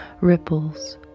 ripples